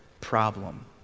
problem